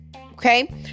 okay